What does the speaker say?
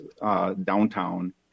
Downtown